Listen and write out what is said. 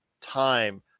time